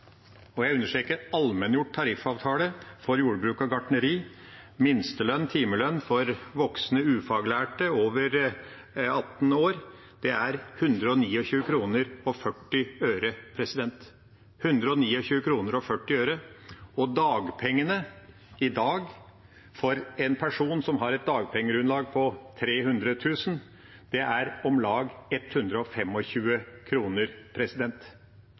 og jeg understreker: allmenngjort tariffavtale – for jordbruk og gartneri er minstesats i timelønnen for voksne ufaglærte over 18 år 129 kr og 40 øre, og dagpengene i dag for en person som har et dagpengegrunnlag på 300 000 kr, er på om lag